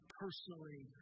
personally